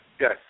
yes